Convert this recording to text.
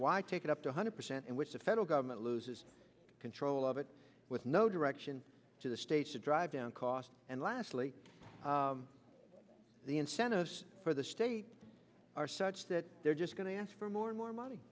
why take it up one hundred percent in which the federal government loses control of it with no direction to the states to drive down costs and lastly the incentives for the state are such that they're just going to ask for more and more money